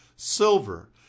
silver